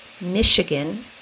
Michigan